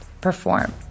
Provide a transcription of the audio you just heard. perform